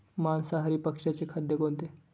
मांसाहारी पक्ष्याचे खाद्य कोणते?